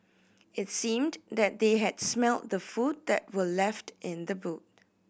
it seemed that they had smelt the food that were left in the boot